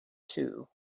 too